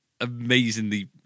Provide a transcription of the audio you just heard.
amazingly